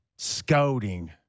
scouting